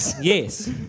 Yes